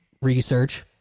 research